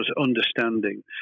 understanding